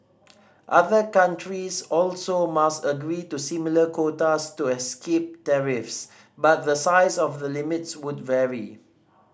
other countries also must agree to similar quotas to escape tariffs but the size of the limits would vary